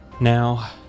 Now